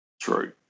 True